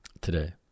today